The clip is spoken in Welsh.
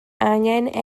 angen